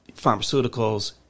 pharmaceuticals